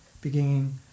beginning